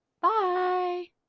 Bye